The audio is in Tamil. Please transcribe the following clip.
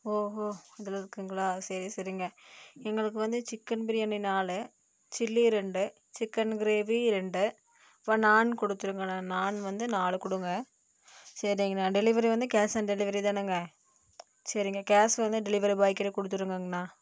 ஓஹோ இதெலாம் இருக்குதுங்களா சரி சரிங்க எங்களுக்கு வந்து சிக்கன் பிரியாணி நாலு சில்லி ரெண்டு சிக்கன் கிரேவி ரெண்டு ப நாண் கொடுத்துருங்கண்ணா நாண் வந்து நாலு கொடுங்க சரிங்கண்ணா டெலிவெரி வந்து கேஷ் ஆன் டெலிவெரி தானுங்க சரிங்க கேஷ் வந்து டெலிவெரி பாய்க்கிட்ட கொடுத்துறோங்கங்கண்ணா